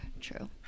True